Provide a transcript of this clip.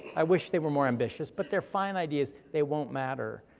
i wish they were more ambitious, but they're fine ideas, they won't matter,